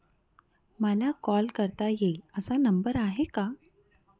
मला कॉल करता येईल असा नंबर आहे का?